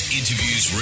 interviews